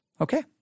Okay